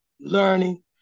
learning